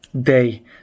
day